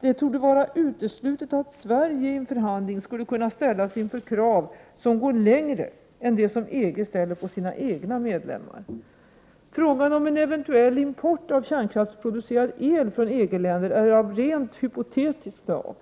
Det torde vara uteslutet att Sverige i en förhandling skulle kunna ställas inför krav som går längre än de som EG ställer på sina egna medlemmar. Frågan om en eventuell import av kärnkraftsproducerad el från EG-länder är av rent hypotetiskt slag.